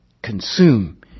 Consume